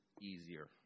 easier